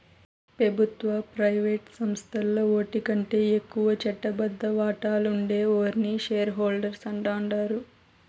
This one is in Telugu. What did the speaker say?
పెబుత్వ, ప్రైవేటు సంస్థల్ల ఓటికంటే ఎక్కువ చట్టబద్ద వాటాలుండే ఓర్ని షేర్ హోల్డర్స్ అంటాండారు